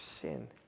sin